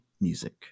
music